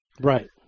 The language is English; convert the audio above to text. Right